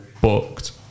booked